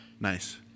Nice